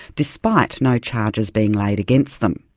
despite no charges being laid against them.